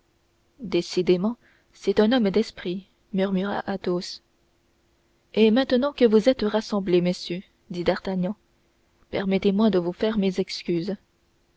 décidément c'est un homme d'esprit murmura athos et maintenant que vous êtes rassemblés messieurs dit d'artagnan permettez-moi de vous faire mes excuses